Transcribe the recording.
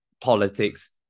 politics